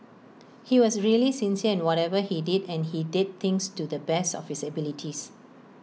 he was really sincere in whatever he did and he did things to the best of his abilities